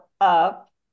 up